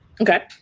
Okay